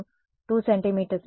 నేను 2సెం